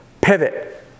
pivot